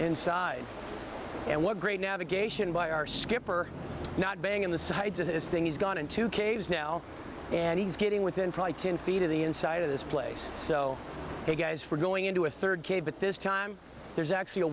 inside and what great navigation by our skipper not being in the sides of this thing he's gone into caves and he's getting within probably ten feet of the inside of this place so you guys were going into a third cave but this time there's actually a